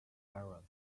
various